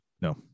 No